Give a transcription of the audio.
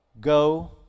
go